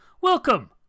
welcome